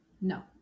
no